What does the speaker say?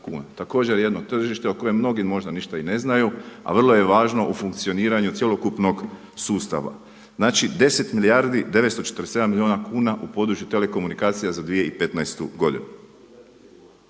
Također jedno tržište o kojem mnogi možda ništa ni ne znaju, a vrlo je važno u funkcioniranju cjelokupnog sustava. Znači, 10 milijardi 947 milijuna kuna u području telekomunikacija za 2015. godinu.